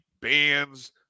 bands